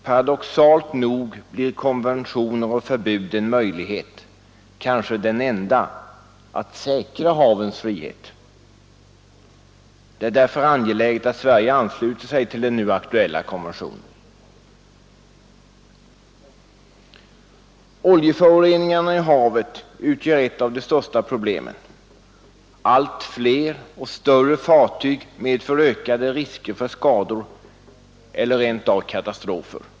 Paradoxalt nog blir konventioner och förbud en möjlighet — kanske den enda — att säkra havens frihet. Det är därför angeläget att Sverige ansluter sig till den nu aktuella konventionen. Oljeföroreningarna i havet utgör ett av de största problemen. Allt fler och större fartyg medför ökade risker för skador eller rent av katastrofer.